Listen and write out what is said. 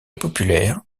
populaire